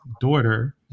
daughter